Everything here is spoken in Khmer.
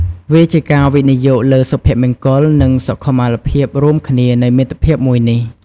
វាជាការវិនិយោគលើសុភមង្គល និងសុខុមាលភាពរួមគ្នានៃមិត្តភាពមួយនេះ។